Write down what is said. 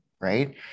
right